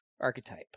archetype